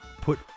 put